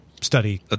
study